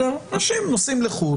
אנשים נוסעים לחוץ לארץ,